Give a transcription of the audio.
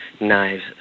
knives